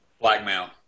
blackmail